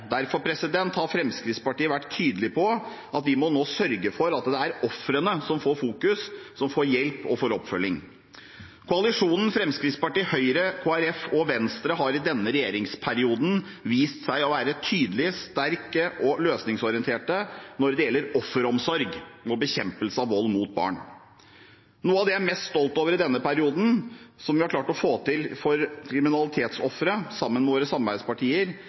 Derfor har Fremskrittspartiet vært tydelig på at vi må sørge for å fokusere på ofrene, at det er ofrene som får hjelp og oppfølging. Koalisjonen Fremskrittspartiet, Høyre, Kristelig Folkeparti og Venstre har i denne regjeringsperioden vist seg å være tydelig, sterk og løsningsorientert når det gjelder offeromsorg og bekjempelse av vold mot barn. Noe av det jeg er mest stolt av i denne perioden, som vi har klart å få til for kriminalitetsofre, sammen med våre samarbeidspartier,